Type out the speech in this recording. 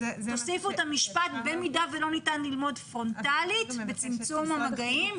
תוסיפו את המשפט במידה ולא ניתן ללמוד פרונטלית בצמצום המגעים,